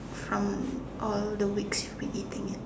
from all the weeks you have been eating it